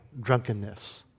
drunkenness